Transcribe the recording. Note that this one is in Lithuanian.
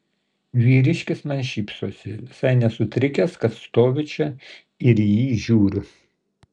vyriškis man šypsosi visai nesutrikęs kad stoviu čia ir į jį žiūriu